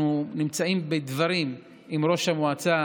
אנחנו נמצאים בדברים עם ראש המועצה,